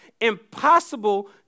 impossible